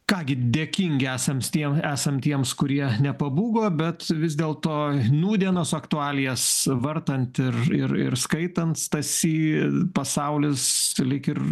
ką gi dėkingi esams tiem esam tiems kurie nepabūgo bet vis dėl to nūdienos aktualijas vartant ir ir ir skaitant stasy pasaulis lyg ir